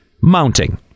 mounting